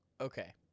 Okay